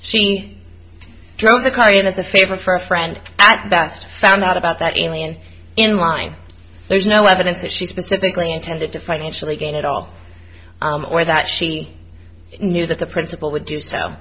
she drove the car in as a favor for a friend at best found out about that elian in line there's no evidence that she specifically intended to financially gain it all or that she knew that the principal would do so